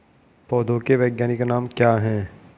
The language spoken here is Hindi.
पौधों के वैज्ञानिक नाम क्या हैं?